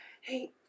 Hey